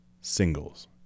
singles